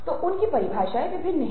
तो उनकी परिभाषाएँ भिन्न हैं